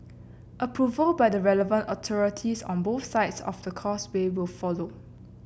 approval by the relevant authorities on both sides of the Causeway will follow